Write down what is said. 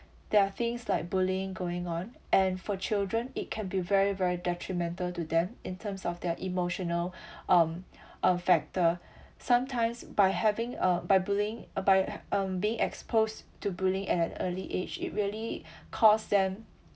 there are things like bullying going on and for children it can be very very detrimental to them in terms of their emotional um uh factor sometimes by having uh by bullying uh by um being exposed to bullying at an early age it really caused them